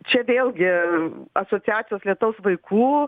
čia vėlgi asociacijos lietaus vaikų